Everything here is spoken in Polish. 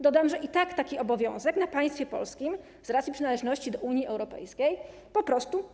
Dodam, że i tak taki obowiązek ciąży na państwie polskim z racji przynależności do Unii Europejskiej po prostu.